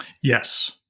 yes